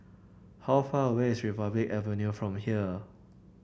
how far away is Republic Avenue from here